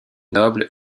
noble